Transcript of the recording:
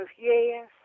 Yes